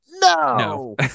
No